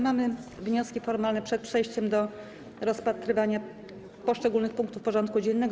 Mamy wnioski formalne przed przejściem do rozpatrywania poszczególnych punktów porządku dziennego.